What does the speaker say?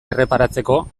erreparatzeko